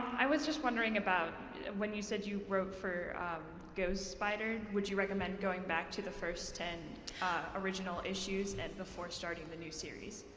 i was just wondering about when you said you wrote for ghost spider would you recommend going back to the first ten original issues and and before starting the new series?